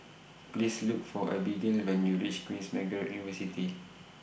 Please Look For Abigail when YOU REACH Queen's Margaret University